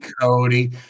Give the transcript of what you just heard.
Cody